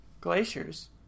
glaciers